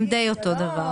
מי נגד?